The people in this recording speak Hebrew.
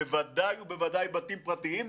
בוודאי ובוודאי בתים פרטיים,